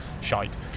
shite